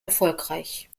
erfolgreich